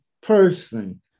person